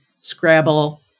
Scrabble